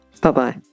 Bye-bye